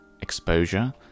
exposure